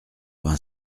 vingt